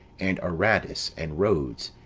and aradus, and rhodes,